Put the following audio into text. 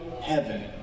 heaven